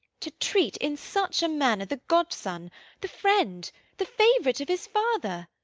to treat in such a manner the godson the friend the favourite of his father!